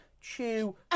Chew